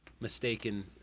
mistaken